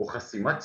חסימת שפה,